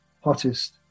hottest